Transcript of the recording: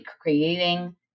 Creating